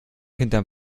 hinterm